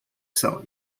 selling